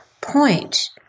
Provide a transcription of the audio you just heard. point